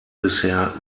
bisher